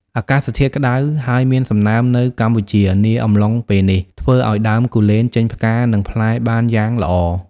អាកាសធាតុក្ដៅហើយមានសំណើមនៅកម្ពុជានាអំឡុងពេលនេះ ធ្វើឲ្យដើមគូលែនចេញផ្កា និងផ្លែបានយ៉ាងល្អ។